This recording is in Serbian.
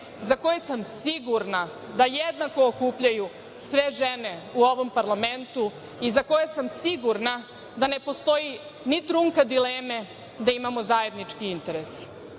za koje sam sigurna da jednako okupljaju sve žene u ovom parlamentu i za koje sam sigurna da ne postoji ni trunka dileme da imamo zajednički interes. Iskreno